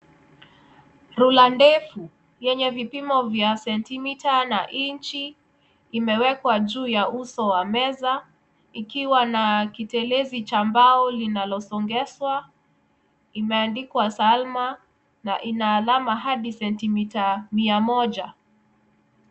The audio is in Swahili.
Rula ndefu yenye vipimo vya centimeter na inch imewekwa juu ya uso wa meza ikiwa na kitelezi cha mbao linalosongezwa. Imeandikwa salma na ina alama hadi centimeter mia moja.